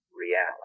reality